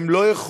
הן לא יכולות